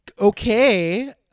okay